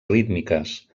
rítmiques